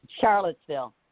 Charlottesville